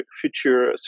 future